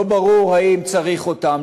לא ברור האם צריך אותם,